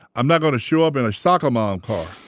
i'm not going to show up in a soccer-mom car.